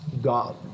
God